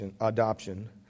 adoption